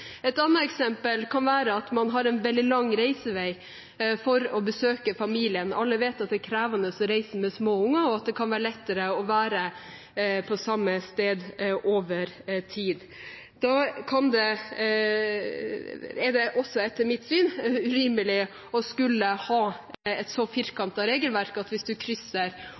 Et annet eksempel kan være at man har veldig lang reisevei for å besøke familien. Alle vet at det er krevende å reise med små unger, og at det kan være lettere å være på samme sted over tid. Etter mitt syn er det urimelig å skulle ha et så firkantet regelverk at hvis man krysser